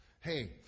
Hey